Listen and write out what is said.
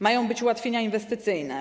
Mają być ułatwienia inwestycyjne.